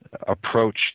approach